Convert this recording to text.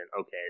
Okay